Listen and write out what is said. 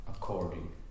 according